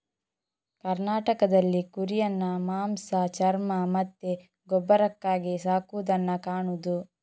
ಕರ್ನಾಟಕದಲ್ಲಿ ಕುರಿಯನ್ನ ಮಾಂಸ, ಚರ್ಮ ಮತ್ತೆ ಗೊಬ್ಬರಕ್ಕಾಗಿ ಸಾಕುದನ್ನ ಕಾಣುದು